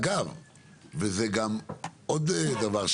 וזה עוד דבר,